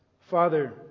Father